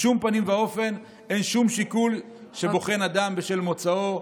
בשום פנים ואופן אין שום שיקול שבוחן אדם בשל מוצאו.